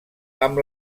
amb